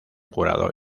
jurado